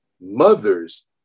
mother's